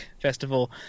Festival